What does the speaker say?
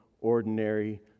ordinary